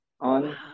on